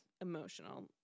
Emotional